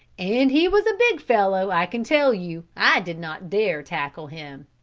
and he was a big fellow i can tell you. i did not dare tackle him.